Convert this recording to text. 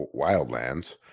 Wildlands